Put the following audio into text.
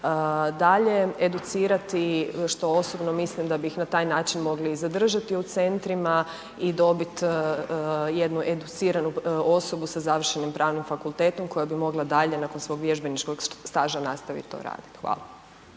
dalje educirati što osobno mislim da bi ih na taj način mogli i zadržati u centrima i dobiti jednu educiranu osobu sa završenim Pravnim fakultetom koja bi mogla dalje nakon svog vježbeničkog staža nastavit to radit.